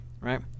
right